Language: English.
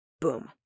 Boom